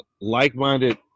like-minded